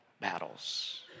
battles